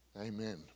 Amen